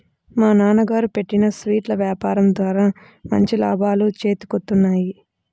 మా నాన్నగారు పెట్టిన స్వీట్ల యాపారం ద్వారా మంచి లాభాలు చేతికొత్తన్నాయి